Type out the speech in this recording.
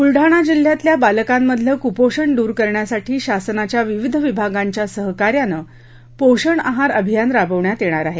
बुलडाणा जिल्ह्यातल्या बालकांमधलं कुपोषण दूर करण्यासाठी शासनाच्या विविध विभागांच्या सहकार्यानं पोषण आहार अभियान राबवण्यात येणार आहे